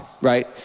right